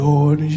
Lord